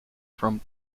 from